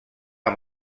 amb